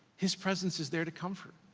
his presence is there to comfort.